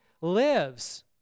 lives